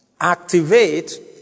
activate